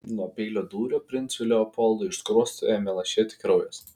nuo peilio dūrio princui leopoldui iš skruosto ėmė lašėti kraujas